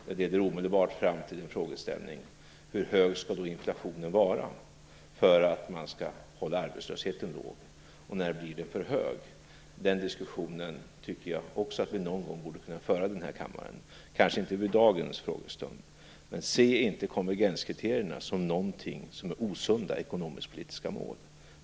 Det leder omedelbart fram till frågan: Hur hög skall då inflationen vara för att man skall hålla arbetslösheten nere, och när blir inflationen för hög? Den diskussionen tycker jag också att vi någon gång borde kunna föra i den här kammaren, dock kanske inte vid dagens frågestund. Men se inte konvergenskriterierna som osunda ekonomisk-politiska mål.